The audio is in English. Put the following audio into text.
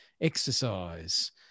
exercise